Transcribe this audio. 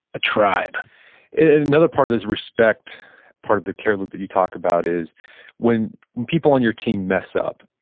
a tribe and another part of this respect part of the care loop that you talk about is when when people on your team mess up.